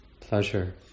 pleasure